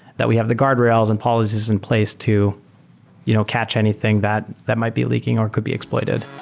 that we have the guardrails and policies in place to you know catch anything that that might be leaking or could be exploited